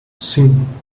sim